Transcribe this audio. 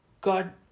God